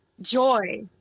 Joy